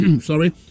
sorry